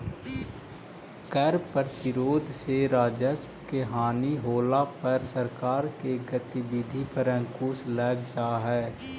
कर प्रतिरोध से राजस्व के हानि होला पर सरकार के गतिविधि पर अंकुश लग जा हई